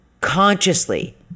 consciously